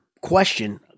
question